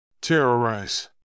Terrorize